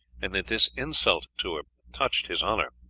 and that this insult to her touched his honour.